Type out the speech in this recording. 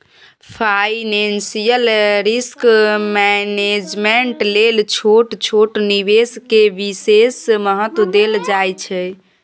financial risk management लेल छोट छोट निवेश के विशेष महत्व देल जाइ छइ